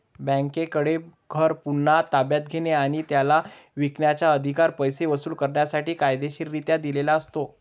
बँकेकडे घर पुन्हा ताब्यात घेणे आणि त्याला विकण्याचा, अधिकार पैसे वसूल करण्यासाठी कायदेशीररित्या दिलेला असतो